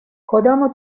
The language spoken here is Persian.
کدام